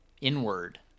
Inward